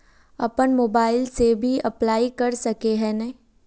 अपन मोबाईल से भी अप्लाई कर सके है नय?